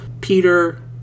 Peter